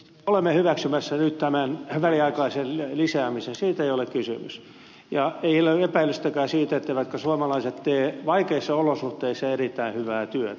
olemme hyväksymässä nyt tämän väliaikaisen lisäämisen siitä ei ole kysymys ja ei ole epäilystäkään siitä etteivätkö suomalaiset tee vaikeissa olosuhteissa erittäin hyvää työtä